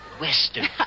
Western